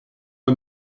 dal